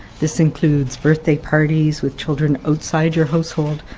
this includes birthday parties with children outside your household,